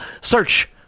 Search